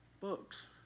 books